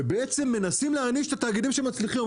מנסים להעניש את התאגידים שמצליחים.